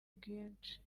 bwinshi